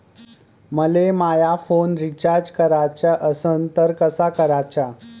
मले माया phone recharge कराचा असन तर कसा कराचा?